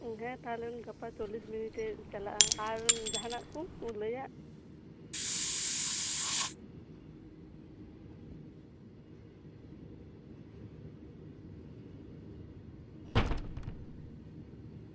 ᱦᱮᱸ ᱛᱟᱞᱦᱮ ᱜᱟᱯᱟ ᱪᱚᱞᱞᱤᱥ ᱢᱤᱱᱤᱴᱮ ᱪᱟᱞᱟᱜᱼᱟ ᱟᱨ ᱡᱟᱦᱟᱸᱱᱟᱜ ᱠᱚ ᱞᱟᱹᱭ ᱟᱜ